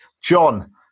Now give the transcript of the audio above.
John